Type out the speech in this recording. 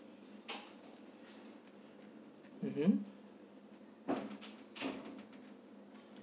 mmhmm